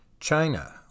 China